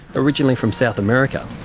originally from south america,